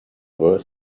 were